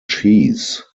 cheese